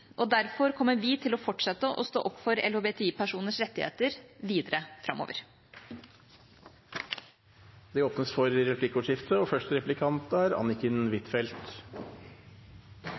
Derfor kommer vi til å fortsette å stå opp for LHBTI-personers rettigheter videre framover. Det blir replikkordskifte. Jeg vil takke for